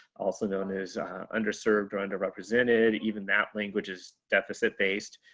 also known as undeserved or underrepresented. even that language is deficit-based.